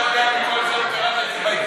איך, מכל זה וקראת על זה בעיתון?